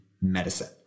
medicine